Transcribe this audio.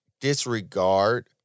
disregard